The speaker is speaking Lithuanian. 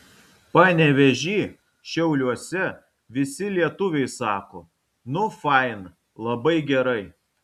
panevėžy šiauliuose visi lietuviai sako nu fain labai gerai